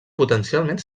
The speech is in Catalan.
potencialment